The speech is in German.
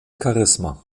charisma